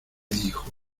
dijo